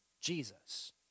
Jesus